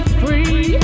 free